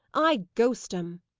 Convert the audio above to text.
i'd ghost em!